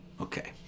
Okay